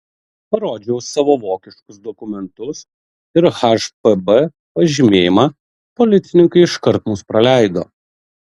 parodžiau savo vokiškus dokumentus ir hpb pažymėjimą policininkai iškart mus praleido